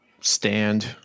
stand